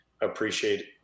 appreciate